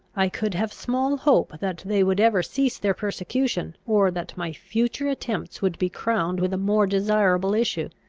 i could have small hope that they would ever cease their persecution, or that my future attempts would be crowned with a more desirable issue.